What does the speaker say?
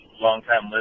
longtime